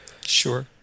Sure